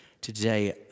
Today